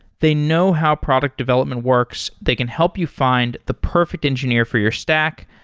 they know how product development works. they can help you find the perfect engineer for your stack,